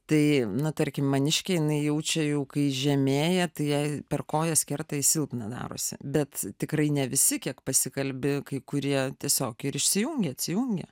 tai na tarkim maniškė jinai jaučiajau kai žemėja tai jai per kojas kerta jai silpna darosi bet tikrai ne visi kiek pasikalbi kai kurie tiesiog ir išsijungia atsijungia